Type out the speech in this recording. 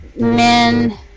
men